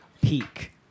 peak